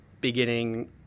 beginning